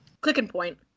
Click-and-point